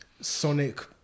sonic